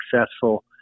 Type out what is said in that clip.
successful